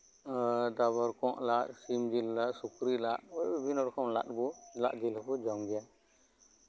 ᱮᱫ ᱛᱟᱨᱯᱚᱨ ᱠᱚᱸᱜ ᱞᱟᱫ ᱥᱤᱢ ᱡᱮᱞ ᱞᱟᱫ ᱥᱩᱠᱨᱤ ᱞᱟᱫ ᱵᱤᱵᱷᱤᱱᱱᱚ ᱨᱚᱠᱚᱢ ᱞᱟᱫ ᱡᱮᱞ ᱦᱚᱵᱚᱱ ᱡᱚᱢ ᱜᱮᱭᱟ